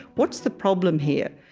what's the problem here?